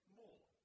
more